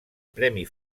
premi